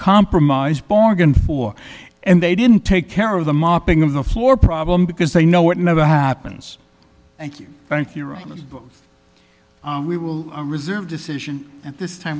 compromise bargain for and they didn't take care of the mopping the floor problem because they know it never happens thank you thank you we will reserve decision this time